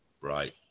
right